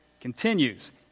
continues